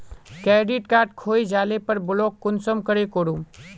Credit card खोये जाले पर ब्लॉक कुंसम करे करूम?